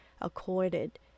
accorded